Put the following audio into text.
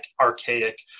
archaic